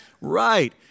Right